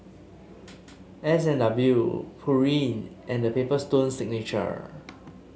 S and W Pureen and The Paper Stone Signature